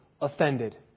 offended